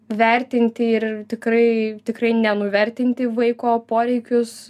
vertinti ir tikrai tikrai nenuvertinti vaiko poreikius